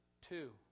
Two